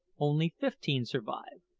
only fifteen survived,